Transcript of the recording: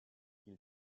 qu’il